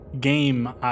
game